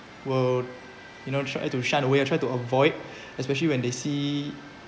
will you know try to shun away I try to avoid especially when they see